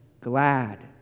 glad